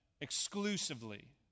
exclusively